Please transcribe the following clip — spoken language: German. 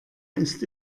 ist